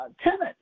tenant